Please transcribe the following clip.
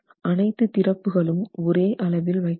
அனைத்து திறப்புகளும் ஒரே அளவில் வைக்க வேண்டும்